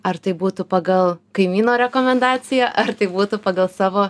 ar tai būtų pagal kaimyno rekomendaciją ar tai būtų pagal savo